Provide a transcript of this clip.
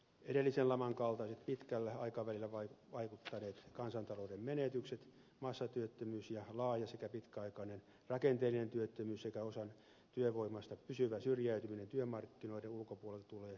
edellisen laman kaltaiset pitkällä aikavälillä vaikuttaneet kansantalouden menetykset massatyöttömyys laaja sekä pitkäaikainen rakenteellinen työttömyys sekä osan työvoimasta pysyvä syrjäytyminen työmarkkinoiden ulkopuolelle tulee ehdottomasti välttää